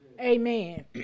Amen